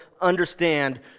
understand